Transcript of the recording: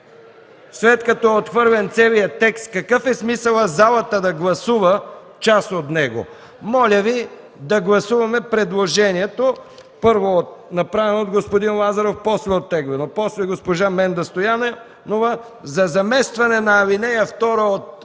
след като е отхвърлен целият текст, какъв е смисълът залата да гласува част от него, а именно да гласуваме предложението, първо направено от господин Лазаров, после оттеглено, после госпожа Менда Стоянова – за заместване на ал. 2 от